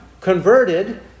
converted